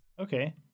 okay